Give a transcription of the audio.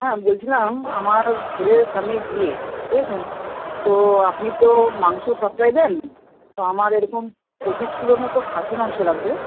হ্যাঁ বলছিলাম আমার ছেলের সামনেই বিয়ে বুঝেছেন তো আপনি তো মাংস সাপ্লাই দেন তো আমার এরকম পঁচিশ কিলোর মতো খাসি মাংস লাগবে